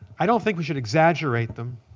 i don't think we should exaggerate them.